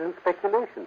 speculation